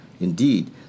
Indeed